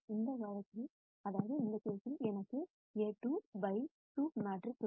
இந்த வழக்கில் எனக்கு A₂ by 2 மேட்ரிக்ஸ் உள்ளது